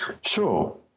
Sure